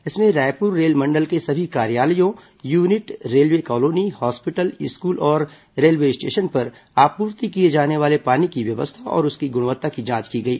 इसमें रायपुर रेलमंडल के सभी कार्यालयों unit railway colony hospital school और रेलवे स्टेशन पर आपूर्ति किए जाने वाले पानी की व्यवस्था और उसकी गुणवत्ता की जांच की गई